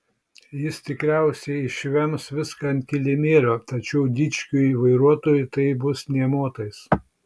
jis tikriausiai išvems viską ant kilimėlio tačiau dičkiui vairuotojui tai bus nė motais